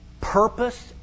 purpose